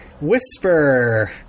whisper